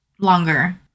longer